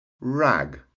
rag